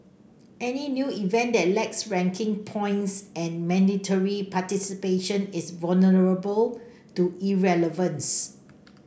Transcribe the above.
any new event that lacks ranking points and mandatory participation is vulnerable to irrelevance